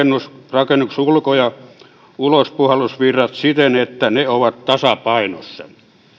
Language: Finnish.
rakennuksen ulko ja ulospuhallusilmavirrat siten että ne ovat tasapainossa